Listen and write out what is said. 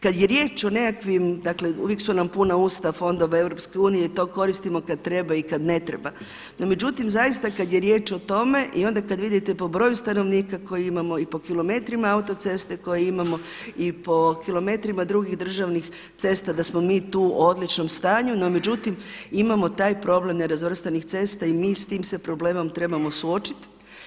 Kada je riječ o nekakvim dakle uvijek su nam puna usta fondova EU i to koristimo i kada treba i kada ne treba, no kada je riječ o tome i onda kada vidite po broju stanovnika koju imamo i po kilometrima autoceste koje imamo i po kilometrima drugih državnih cesta da smo mi tu u odličnom stanju, no imamo taj problem nerazvrstanih cesta i mi s tim se problemom trebamo suočiti.